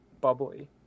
bubbly